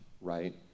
right